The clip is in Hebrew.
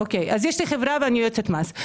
אז יש לי חברה ואני יועצת מס.